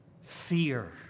fear